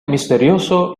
misterioso